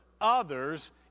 others